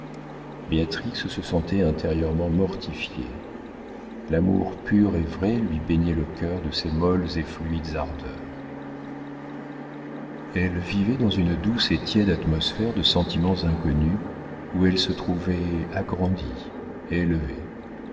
béatrix se sentait intérieurement mortifiée l'amour pur et vrai lui baignait le cœur de ses molles et fluides ardeurs elle vivait dans une douce et tiède atmosphère de sentiments inconnus où elle se trouvait agrandie élevée